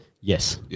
Yes